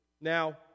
Now